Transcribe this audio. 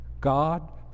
God